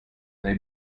they